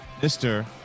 Mr